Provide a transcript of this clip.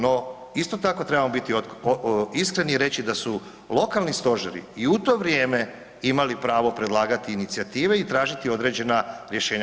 No, isto tako trebamo biti iskreni i reći da su lokalni stožeri i u to vrijeme imali pravo predlagati inicijative i tražiti određena rješenja.